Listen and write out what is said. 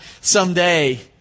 someday